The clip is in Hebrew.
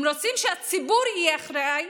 הם רוצים שהציבור יהיה אחראי